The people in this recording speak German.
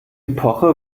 epoche